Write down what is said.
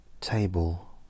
Table